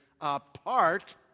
apart